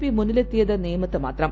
P മുന്നിലെത്തിയത് നേമത്ത് മ്യാത്രം